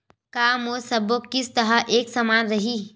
का मोर सबो किस्त ह एक समान रहि?